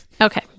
Okay